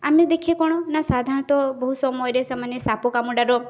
ଆମେ ଦେଖେ କଣ ସାଧାରଣତଃ ବହୁ ସମୟରେ ସେମାନେ ସାପ କାମୁଡ଼ାର